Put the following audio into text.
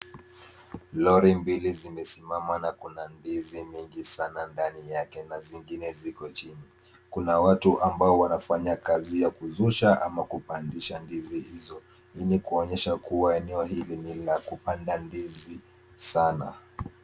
Lori mbili zimesimama na kuna ndizi nyingi sana ndani yake na zingine ziko chini. Kuna watu ambao wanafanya kazi ya kususha ama kupandisha ndizi hizo. Hii ni kuonesha kuwa eneo hili ni la kupanda ndizi sana.